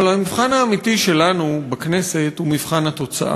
אבל המבחן האמיתי שלנו בכנסת הוא מבחן התוצאה.